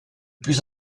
plus